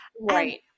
Right